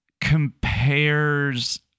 compares